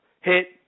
hit